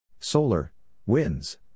SolarWinds